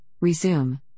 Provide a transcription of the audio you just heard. resume